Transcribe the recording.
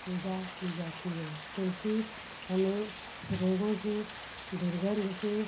पूजा की जाती है तुलसी हमें रोगों से दुर्गंध से